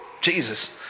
Jesus